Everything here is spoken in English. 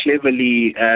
cleverly